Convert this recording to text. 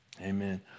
Amen